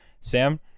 Sam